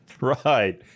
Right